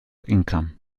income